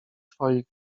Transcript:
twoich